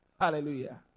Hallelujah